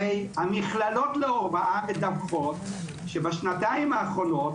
הרי המכללות להוראה מדווחות שבשנתיים האחרונות